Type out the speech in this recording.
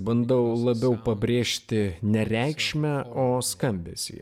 bandau labiau pabrėžti ne reikšmę o skambesį